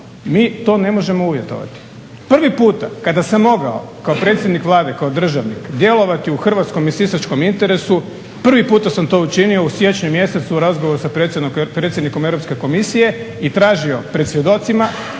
mi to ne možemo uvjetovati. Prvi puta kada sam mogao kao predsjednik Vlade, kao državnih djelovati u hrvatskom i sisačkom interesu prvi puta sam to učinio u siječnju mjesecu razgovor sa predsjednikom Europske komisije i tražio pred svjedocima,